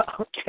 Okay